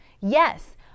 Yes